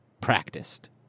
practiced